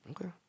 Okay